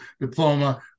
diploma